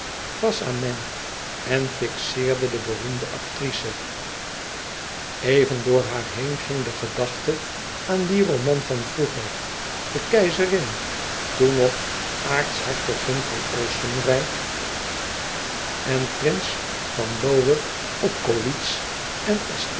face à mains en fixeerde de beroemde actrice even door haar heen ging de gedachte aan dien roman van vroeger de keizerin toen nog aartshertogin van oostenrijk en prins von lohe obkowitz en